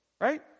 right